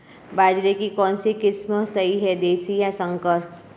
बाजरे की कौनसी किस्म सही हैं देशी या संकर?